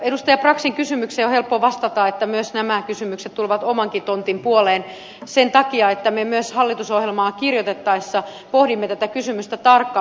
edustaja braxin kysymykseen on helppo vastata että myös nämä kysymykset tulevat omankin tontin puoleen sen takia että me myös hallitusohjelmaa kirjoitettaessa pohdimme tätä kysymystä tarkkaan